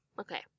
Okay